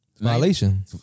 violation